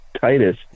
titus